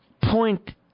point